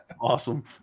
awesome